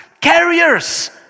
Carriers